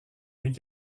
les